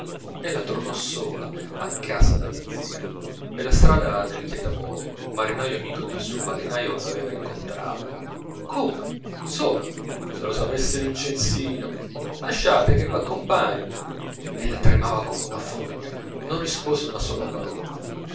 ella tornò sola a casa della zia per la strada del chiatamone un marinaio amico del suo marinaio l'aveva incontrata come sola se lo sapesse vincenzino lasciate che v'accompagni ella tremava come una foglia non rispose una sola parola